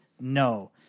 No